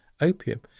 opium